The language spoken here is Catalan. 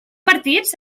partits